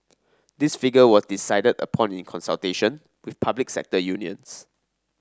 this figure was decided upon in consultation with public sector unions